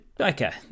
okay